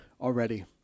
already